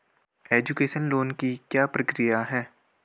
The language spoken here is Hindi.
एजुकेशन लोन की क्या प्रक्रिया है?